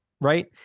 right